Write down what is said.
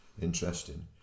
interesting